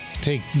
Take